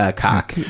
ah cock.